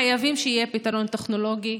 חייבים שיהיה פתרון טכנולוגי.